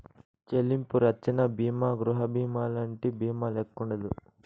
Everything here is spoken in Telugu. చెల్లింపు రచ్చన బీమా గృహబీమాలంటి బీమాల్లెక్కుండదు